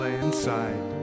inside